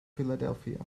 philadelphia